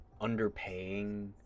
underpaying